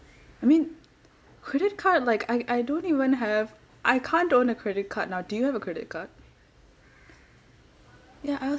I mean credit card like I I don't even have I can't own a credit card now do you have a credit card ya I